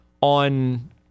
on